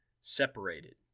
separated